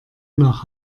nach